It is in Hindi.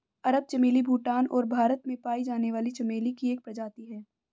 अरब चमेली भूटान और भारत में पाई जाने वाली चमेली की एक प्रजाति है